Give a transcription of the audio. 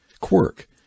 quirk